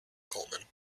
coleman